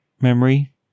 memory